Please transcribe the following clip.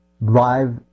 live